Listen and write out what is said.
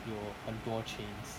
有很多 chains